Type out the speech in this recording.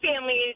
families